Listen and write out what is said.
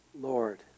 Lord